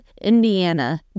Indiana